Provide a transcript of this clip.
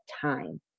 time